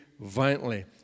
violently